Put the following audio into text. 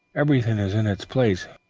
everything is in its place.